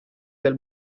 del